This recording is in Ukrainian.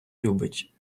любить